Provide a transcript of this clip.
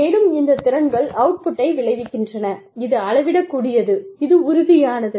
மேலும் இந்த திறன்கள் அவுட்புட்டை விளைவிக்கின்றன இது அளவிடக்கூடியது இது உறுதியானது